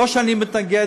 לא שאני מתנגד